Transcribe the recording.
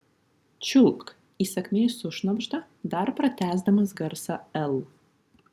čiulpk įsakmiai sušnabžda dar patęsdamas garsą l